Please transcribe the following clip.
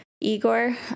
Igor